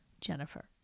Jennifer